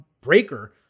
Breaker